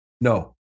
No